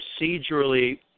procedurally